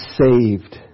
saved